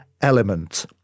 element